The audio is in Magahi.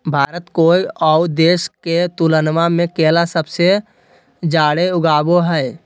भारत कोय आउ देश के तुलनबा में केला सबसे जाड़े उगाबो हइ